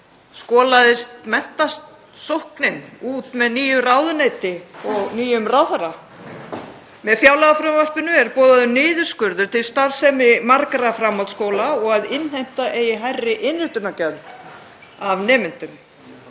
Skolaðist menntasóknin út með nýju ráðuneyti og nýjum ráðherra? Með fjárlagafrumvarpinu er boðaður niðurskurður til starfsemi margra framhaldsskóla og að innheimta eigi hærri innritunargjöld af nemendum.